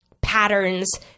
patterns